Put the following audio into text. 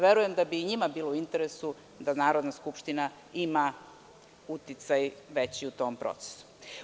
Verujem da bi i njima bilo u interesu da Narodna skupština ima uticaj veći u tom procesu.